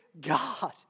God